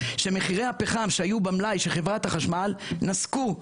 שמחירי הפחם שהיו במלאי של חברת החשמל נסקו לשמיים,